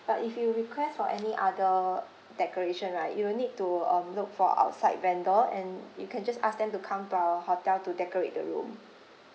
but if you request for any other decoration right you will need to um look for outside vendor and you can just ask them to come to our hotel to decorate the room